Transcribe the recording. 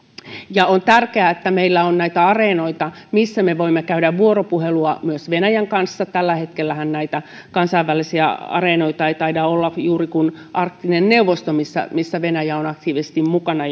on tärkeää että meillä on näitä areenoita missä me voimme käydä vuoropuhelua myös venäjän kanssa tällä hetkellähän näitä kansainvälisiä areenoita ei taida olla juuri kuin arktinen neuvosto missä missä venäjä on aktiivisesti mukana